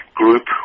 group